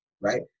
right